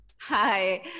Hi